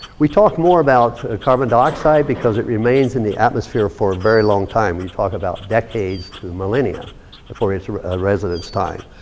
we talk more about carbon dioxide because it remains in the atmosphere for very long time. we talk about decades to the millennium and for its residence time.